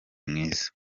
mwiza